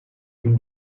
bin